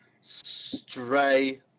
Stray